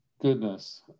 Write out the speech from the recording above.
goodness